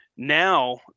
Now